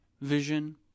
vision